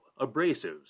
abrasives